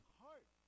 heart